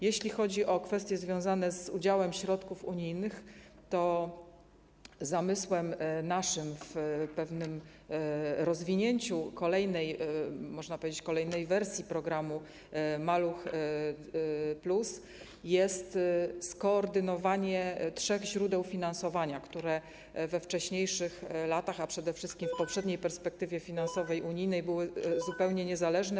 Jeśli chodzi o kwestie związane z udziałem środków unijnych, to zamysłem naszym w pewnym rozwinięciu, można powiedzieć, kolejnej wersji programu ˝Maluch+˝ jest skoordynowanie trzech źródeł finansowania, które we wcześniejszych latach, a przede wszystkim w poprzedniej perspektywie finansowej unijnej, były zupełnie niezależne.